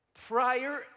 prior